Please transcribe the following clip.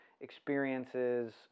experiences